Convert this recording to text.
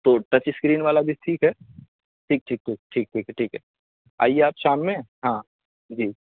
تو touch screen والا بھی ٹھیک ہے ٹھیک ٹھیک ٹھیک ٹھیک ہے ٹھیک ہے آئیے آپ شام میں ہاں جی